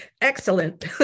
Excellent